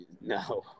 No